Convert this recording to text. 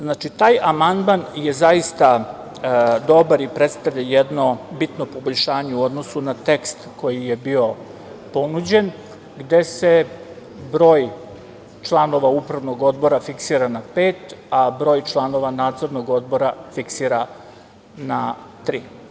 Znači, taj amandman je zaista dobar i predstavlja jedno bitno poboljšanje u odnosu na tekst koji je bio ponuđen, gde se broj članova upravnog odbora fiksira na pet, a broj članova nadzornog odbora fiksira na tri.